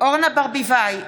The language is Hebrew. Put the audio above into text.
אורנה ברביבאי,